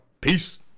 Peace